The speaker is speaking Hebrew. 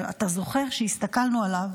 אתה זוכר, כשהסתכלנו עליו